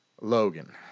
Logan